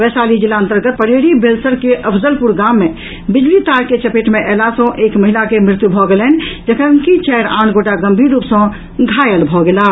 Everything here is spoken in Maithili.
वैशाली जिला अंतर्गत पटेढ़ी बेलसर के अफजलपुर गाम मे बिजली तार के चपेट मे अयला सँ एक महिला के मृत्यु भऽ गेलनि जखनकि चारि आन गोटा गंभीर रूप सँ घायल भऽ गेलाह